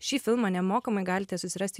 šį filmą nemokamai galite susirasti